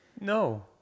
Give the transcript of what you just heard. No